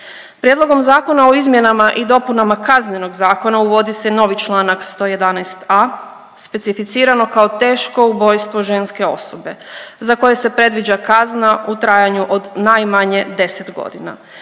Prijedlogom zakona o izmjenama i dopunama Kaznenog zakona uvodi se novi čl. 111.a., specificirano kao teško ubojstvo ženske osobe za koje se predviđa kazna u trajanju od najmanje 10.g.